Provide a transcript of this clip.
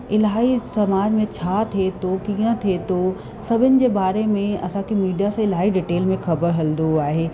इलाही समाज में छा थिए थो की कीअं थिए थो सभिनि जे बारे में असांखे मीडिया से इलाही डिटेल में ख़बरु हलंदो आहे